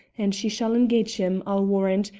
and she shall engage him, i'll warrant,